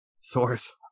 source